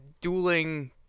dueling